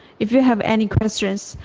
if you have any question, so